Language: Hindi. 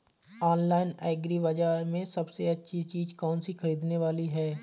ऑनलाइन एग्री बाजार में सबसे अच्छी चीज कौन सी ख़रीदने वाली है?